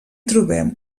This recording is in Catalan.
trobem